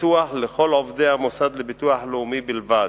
פתוח לכל עובדי המוסד לביטוח לאומי בלבד.